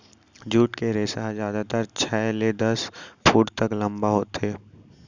jute के रेसा ह जादातर छै ले दस फूट तक लंबा होथे